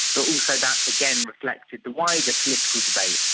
but also that again reflected the wider political debate.